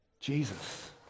Jesus